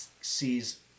sees